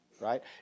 right